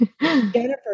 Jennifer